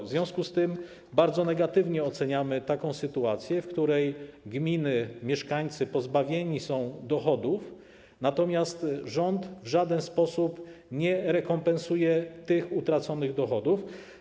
W związku z tym bardzo negatywnie oceniamy taką sytuację, w której gminy, mieszkańcy pozbawieni są dochodów, natomiast rząd w żaden sposób nie rekompensuje tych utraconych dochodów.